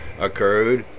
occurred